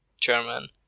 German